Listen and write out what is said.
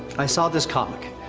i saw this comic.